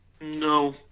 No